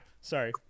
sorry